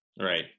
right